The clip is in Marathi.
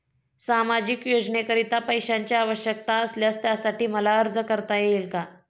सामाजिक योजनेकरीता पैशांची आवश्यकता असल्यास त्यासाठी मला अर्ज करता येईल का?